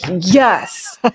yes